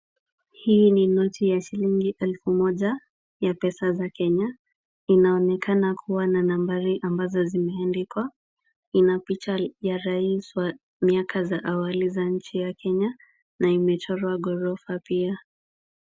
Hii ni noti ya shilingi elfu moja ya pesa za Kenya. Inaonekana kuwa na nambari ambazo zimeandikwa. Ina picha ya rais wa miaka za awali za nchi ya Kenya na imechorwa ghorofa pia.